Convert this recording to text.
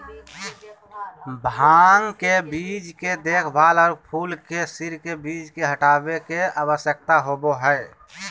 भांग के बीज के देखभाल, और फूल के सिर से बीज के हटाबे के, आवश्यकता होबो हइ